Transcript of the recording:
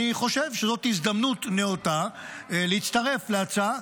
אני חושב שזאת הזדמנות נאותה להצטרף להצעה,